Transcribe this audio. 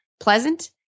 pleasant